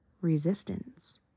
resistance